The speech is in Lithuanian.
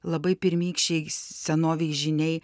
labai pirmykščiai senovės žyniai